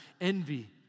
envy